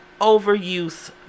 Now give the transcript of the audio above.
Overuse